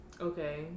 okay